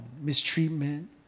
Mistreatment